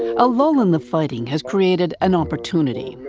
a lull in the fighting has created an opportunity,